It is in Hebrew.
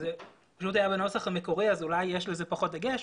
שזה היה בנוסח המקורי ואולי יש לזה פחות דגש,